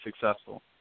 successful